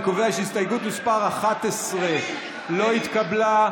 אני קובע שהסתייגות מס' 11 לא התקבלה.